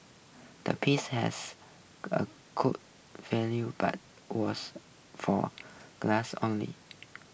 the piece has a cool value but was for glass only